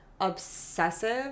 obsessive